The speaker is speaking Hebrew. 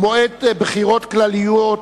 (מועד בחירות כלליות)